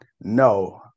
No